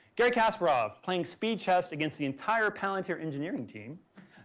gary casperov, playing speed chess against the entire palantir engineering team.